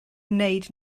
wneud